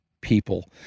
people